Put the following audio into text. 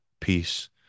peace